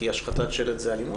כי השחתת שלט זה אלימות,